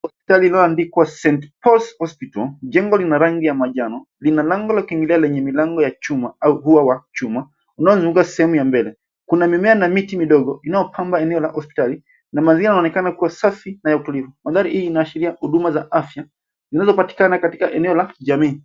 Hospitali inayoandikwa saint Paul's hospital . Jengo lina rangi ya manjano. Lina lango la kuingilia lenye milango ya chuma au ua wa chuma unaozunguka sehemu ya mbele. Kuna mimea na miti midogo inayopamba eneo la hospitali na mazingira yanaonekana kuwa safi na ya utulivu. Mandhari hii inaashiria huduma za afya, zinazopatikana katika eneo la jamii.